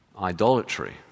idolatry